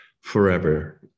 forever